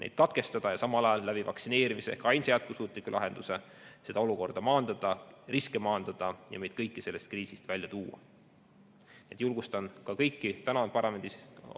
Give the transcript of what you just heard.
katkestada ja samal ajal vaktsineerimisega ehk ainsa jätkusuutliku lahendusega seda olukorda maandada, riske maandada ja meid kõiki sellest kriisist välja tuua. Julgustan kõiki täna parlamendis esinenud